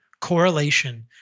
correlation